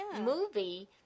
movie